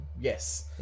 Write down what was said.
Yes